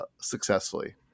successfully